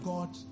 God